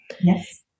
Yes